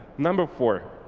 number four,